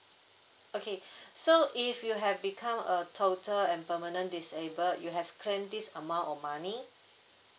okay so if you have become a total and permanent disabled you have claimed this amount of money